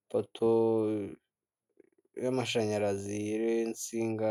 ipoto y'amashanyarazi iriho insinga